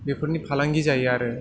बेफोरनि फालांगि जायो आरो